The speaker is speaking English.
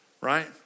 right